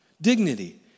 dignity